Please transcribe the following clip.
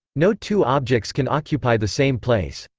no two objects can occupy the same place.